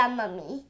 mummy